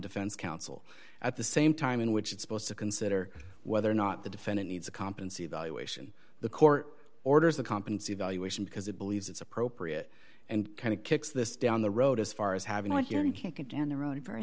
defense counsel at the same time in which it's supposed to consider whether or not the defendant needs a competency evaluation the court orders a competency evaluation because it believes it's appropriate and kind of kicks this down the road as far as having what you can down the road